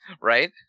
Right